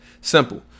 Simple